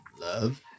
Love